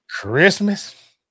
Christmas